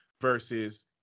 versus